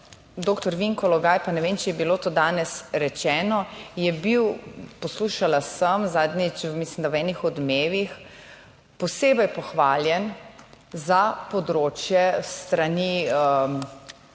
Vinko Logaj - pa ne vem, ali je bilo to danes že rečeno - je bil - poslušala sem zadnjič, mislim, da v Odmevih - posebej pohvaljen za področje s strani